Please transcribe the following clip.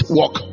walk